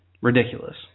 ridiculous